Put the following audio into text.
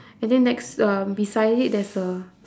and then next um beside it there's a